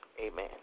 Amen